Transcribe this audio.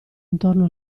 intorno